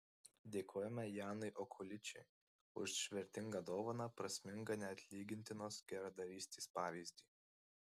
dėkojame janui okuličiui už vertingą dovaną prasmingą neatlygintinos geradarystės pavyzdį